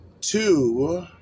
Two